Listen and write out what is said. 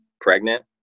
pregnant